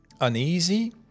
uneasy